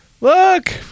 Look